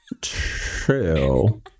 true